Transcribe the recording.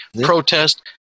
protest